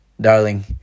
darling